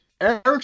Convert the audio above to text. Eric